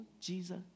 Jesus